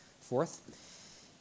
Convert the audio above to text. Fourth